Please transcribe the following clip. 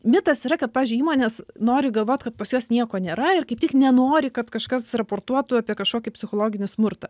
mitas yra kad pavyzdžiui įmonės nori galvot kad pas juos nieko nėra ir kaip tik nenori kad kažkas raportuotų apie kažkokį psichologinį smurtą